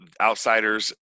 outsiders